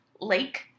Lake